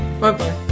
Bye-bye